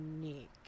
unique